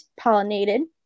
pollinated